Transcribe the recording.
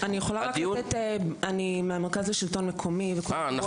אני מהמרכז לשלטון מקומי, אני יכולה רק לתת?